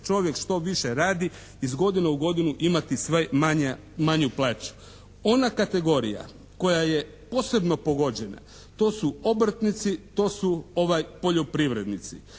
čovjek što više radi iz godine u godinu imati sve manju plaću. Ona kategorija koja je posebno pogođena to su obrtnici, to su poljoprivrednici.